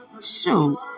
shoot